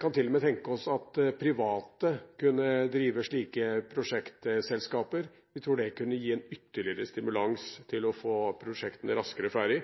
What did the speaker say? kan til og med tenke oss at private kunne drive slike prosjektselskaper. Vi tror det kunne gi en ytterligere stimulans til å få prosjektene raskere ferdig